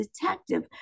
detective